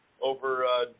over –